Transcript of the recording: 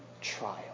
trial